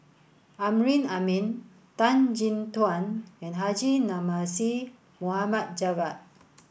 Amrin Amin Tan Chin Tuan and Haji Namazie Mohd Javad